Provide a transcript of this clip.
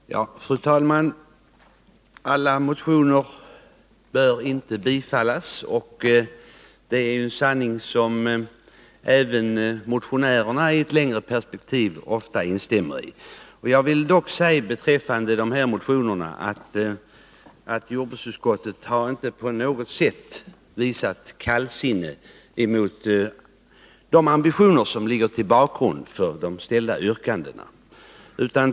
Nr 29 Fru talman! Alla motioner bör inte bifallas. Det är en sanning som i ett längre perspektiv även motionärerna ofta instämmer i. 18 november 1981 Beträffande föreliggande motion vill jag säga att jordbruksutskottet på intet sätt har visat kallsinne mot de ambitioner som ligger till grund för de ställda yrkandena.